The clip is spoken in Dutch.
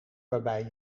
waarbij